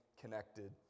Connected